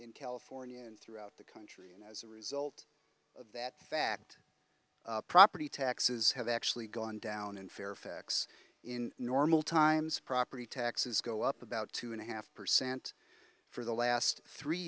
in california and throughout the country as a result of that fact property taxes have actually gone down in fairfax in normal times property taxes go up about two and a half percent for the last three